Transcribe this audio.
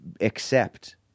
accept